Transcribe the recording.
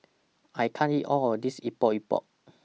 I can't eat All of This Epok Epok